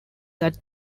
that